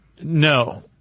No